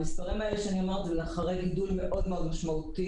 המספרים האלה הם אחרי גידול מאוד משמעותי,